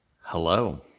Hello